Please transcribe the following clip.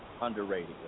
underrated